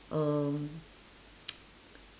um